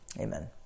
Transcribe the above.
Amen